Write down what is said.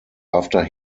after